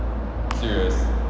serious